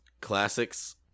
classics